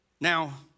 Now